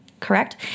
Correct